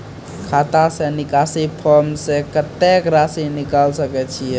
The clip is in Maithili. खाता से निकासी फॉर्म से कत्तेक रासि निकाल सकै छिये?